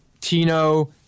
tino